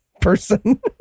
person